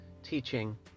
teaching